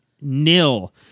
nil